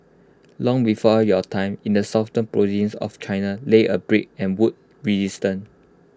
long before your time in the southern province of China lay A brick and wood